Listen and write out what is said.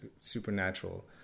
supernatural